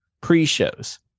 pre-shows